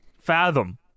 fathom